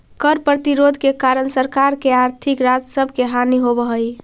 कर प्रतिरोध के कारण सरकार के आर्थिक राजस्व के हानि होवऽ हई